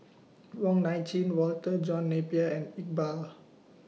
Wong Nai Chin Walter John Napier and Iqbal